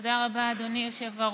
תודה רבה, אדוני היושב-ראש.